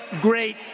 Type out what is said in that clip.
great